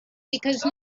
because